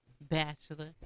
bachelor